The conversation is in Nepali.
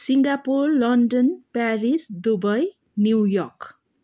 Singapore London Paris Dubai New York